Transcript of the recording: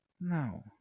No